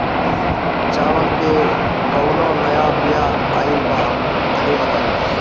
चावल के कउनो नया बिया आइल बा तनि बताइ?